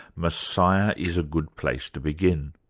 messiah is a good place to begin.